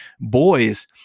boys